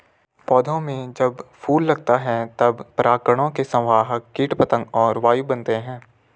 पौधों में जब फूल लगता है तब परागकणों के संवाहक कीट पतंग और वायु बनते हैं